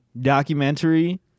documentary